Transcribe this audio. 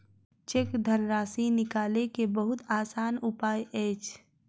cheque धनराशि निकालय के बहुत आसान उपाय अछि